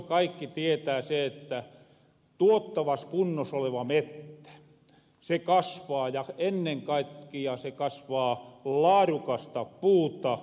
kaikki tietää se että tuottavas kunnos oleva mettä se kasvaa ja ennen kaikkia se kasvaa laarukasta puuta